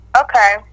Okay